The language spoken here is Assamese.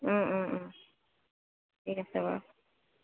ঠিক আছে বাৰু